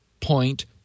point